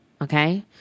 Okay